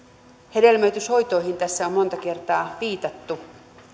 hedelmöityshoitoihin tässä on monta kertaa viitattu